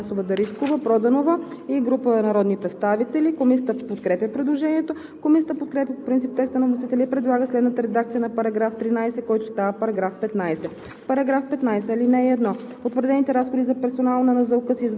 По § 13 е постъпило предложение от народния представител Даниела Анастасова Дариткова-Проданова и група народни представители. Комисията подкрепя предложението. Комисията подкрепя по принцип текста на вносителя и предлага следната редакция на § 13, който става § 15: „§ 15.